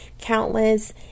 countless